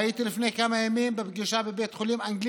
והייתי לפני כמה ימים בפגישה בבית החולים האנגלי